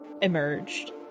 emerged